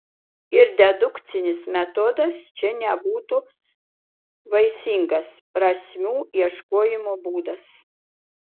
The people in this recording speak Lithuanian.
ir dedukcinis metodas čia nebūtų vaisingas prasmių ieškojimo būdas